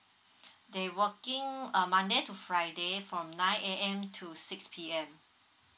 they working um monday to friday from nine A_M to six P_M